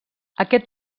aquest